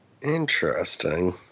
Interesting